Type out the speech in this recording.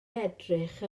edrych